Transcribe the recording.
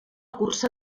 cursa